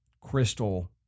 crystal